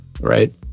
right